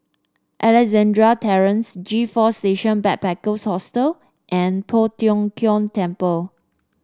Alexandra Terrace G Four Station Backpackers Hostel and Poh Tiong Kiong Temple